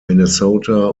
minnesota